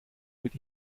mit